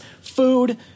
food